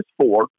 four